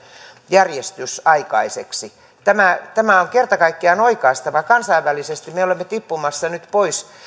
järjestys aikaiseksi tämä tämä on kerta kaikkiaan oikaistava kansainvälisesti me olemme tippumassa nyt pois